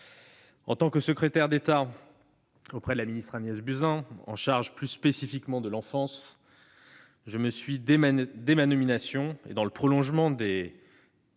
En tant que secrétaire d'État auprès de la ministre Agnès Buzyn chargé plus spécifiquement de l'enfance, je me suis attelé, dès ma nomination et dans le prolongement des décisions